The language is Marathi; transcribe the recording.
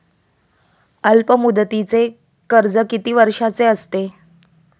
अल्पमुदतीचे कर्ज किती वर्षांचे असते?